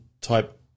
type